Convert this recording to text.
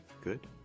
Good